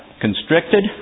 Constricted